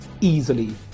easily